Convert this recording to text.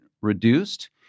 reduced